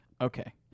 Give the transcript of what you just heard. okay